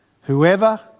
whoever